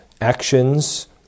actions